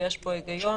ויש פה היגיון